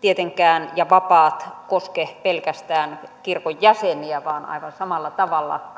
tietenkään ja vapaat koske pelkästään kirkon jäseniä vaan aivan samalla tavalla